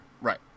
right